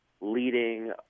leading